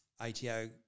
ATO